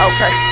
Okay